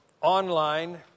online